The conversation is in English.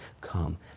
come